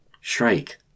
Shrike